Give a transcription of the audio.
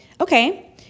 okay